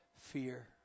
Fear